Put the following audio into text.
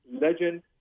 legend